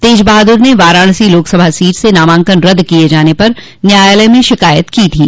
तेज बहादुर ने वाराणसी लोकसभा सीट से नामांकन रद्द किये जाने पर न्यायालय में शिकायत की थी